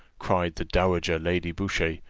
cried the dowager lady boucher,